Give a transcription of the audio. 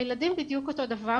הילדים בדיוק אותו דבר.